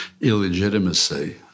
illegitimacy